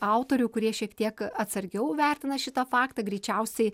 autorių kurie šiek tiek atsargiau vertina šitą faktą greičiausiai